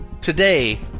Today